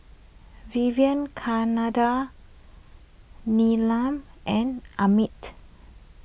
Vivekananda Neelam and Amit